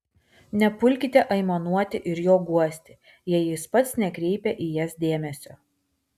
nepulkite aimanuoti ir jo guosti jei jis pats nekreipia į jas dėmesio